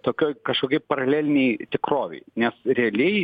tokioj kažkokioj paralelinėj tikrovėj nes realiai